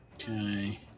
Okay